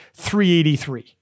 383